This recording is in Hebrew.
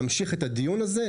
להמשיך את הדיון הזה,